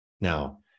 now